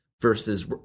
versus